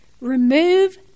Remove